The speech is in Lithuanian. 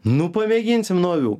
nu pamėginsim nuo avių